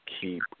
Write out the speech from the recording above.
keep